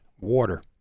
water